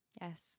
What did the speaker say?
Yes